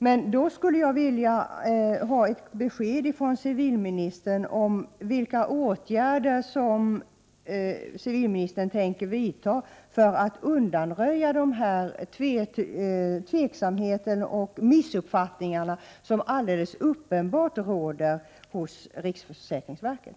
Jag skulle då vilja ha ett besked från civilministern om vilka åtgärder civilministern tänker vidta för att undanröja de tveksamheter och missuppfattningar som helt uppenbart råder hos riksförsäkringsverket.